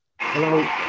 Hello